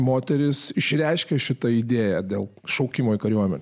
moterys išreiškia šitą idėją dėl šaukimo į kariuomenę